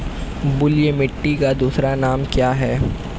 बलुई मिट्टी का दूसरा नाम क्या है?